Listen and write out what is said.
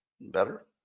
Better